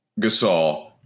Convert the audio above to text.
Gasol